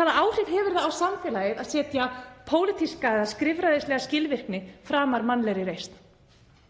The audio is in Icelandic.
Hvaða áhrif hefur það á samfélagið að setja pólitíska eða skrifræðislega skilvirkni framar mannlegri reisn?